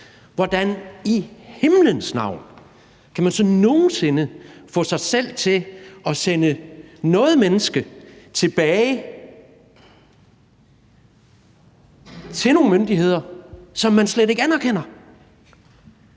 man så i himlens navn nogen sinde få sig selv til at sende noget menneske tilbage til nogle myndigheder, som man slet ikke anerkender?